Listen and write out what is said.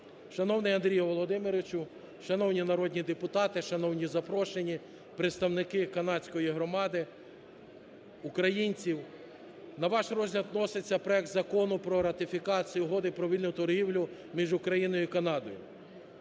Шановний Андрій Володимирович, шановні народні депутати, шановні запрошені, представники канадської громади українців! На ваш розгляд вноситься проект Закону про ратифікацію Угоди про вільну торгівлю між Україною і Канадою.